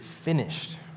finished